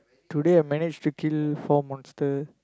today I manage to kill four monster